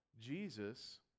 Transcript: Jesus